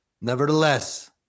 Nevertheless